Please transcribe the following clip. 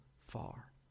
far